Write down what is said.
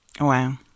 Wow